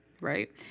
right